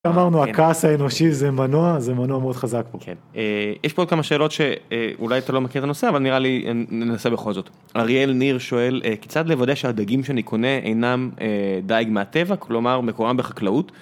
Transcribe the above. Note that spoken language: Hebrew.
אמרנו הקאס האנושי זה מנוע, זה מנוע מאוד חזק פה. יש פה עוד כמה שאלות שאולי אתה לא מכיר את הנושא, אבל נראה לי ננסה בכל זאת. אריאל ניר שואל, כיצד לבודא שהדגים שאני קונה אינם דייג מהטבע, כלומר מקורם בחקלאות?